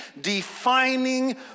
defining